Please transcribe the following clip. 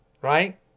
Right